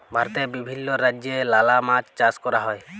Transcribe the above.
ভারতে বিভিল্য রাজ্যে লালা মাছ চাষ ক্যরা হ্যয়